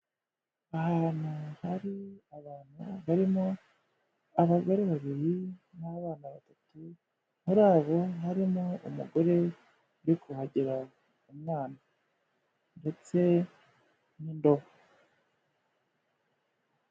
Ahantu hari abantu barimo: abagore babiri n'abana batatu, muri abo harimo umugore uri kuhagira umwana ndetse n'indobo.